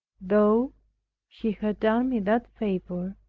though he had done me that favor,